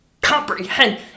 comprehend